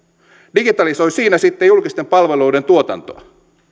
digitalisoi siinä sitten julkisten palveluiden tuotantoa